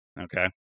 Okay